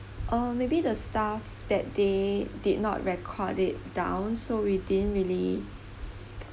uh maybe the staff that they did not record it down so we didn't really